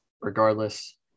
regardless